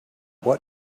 what